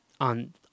on